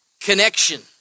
Connection